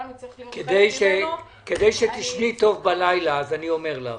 כדי שתשני טוב בלילה, אני אומר לך,